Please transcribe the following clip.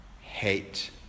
hate